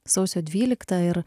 sausio dvyliktą ir